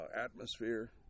atmosphere